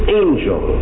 angel